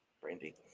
brandy